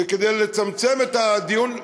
וכדי לצמצם את הדיון,